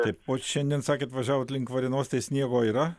taip o šiandien sakėt važiavot link varėnos tai sniego yra